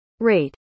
rate